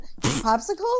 popsicles